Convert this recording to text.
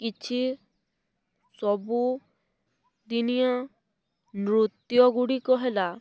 କିଛି ସବୁ ଦିନିଆ ନୃତ୍ୟ ଗୁଡ଼ିକ ହେଲା